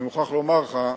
אני מוכרח לומר לך,